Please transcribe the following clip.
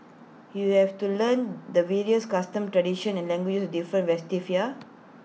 you have to learn the various customs tradition and languages different festivals here